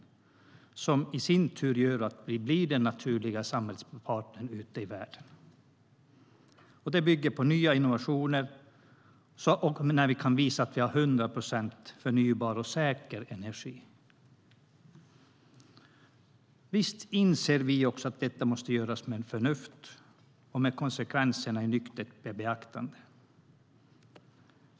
Det gör i sin tur att vi blir den naturliga samarbetspartnern ute i världen. Det bygger på nya innovationer och att vi ska kunna visa att vi har 100 procent förnybar och säker energi. Visst inser också vi att detta måste göras med förnuft och i nyktert beaktande av konsekvenserna.